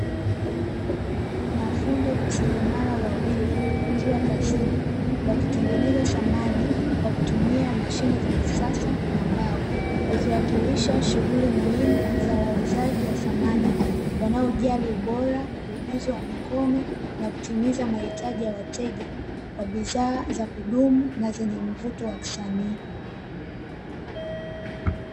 Mafundi uselemara wawili wakiwa kazini, wakitengeneza samani kwa kutumia mashine za kisasa na mbao, ikiwakilisha shughuli muhimu za wauzaji wa samani wanaojali ubora, ujuzi wa mikono, na kutimiza mahitaji ya wateja kwa bidhaa za kudumu na zenye mvuto wa kisanii.